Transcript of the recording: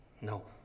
No